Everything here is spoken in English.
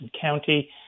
County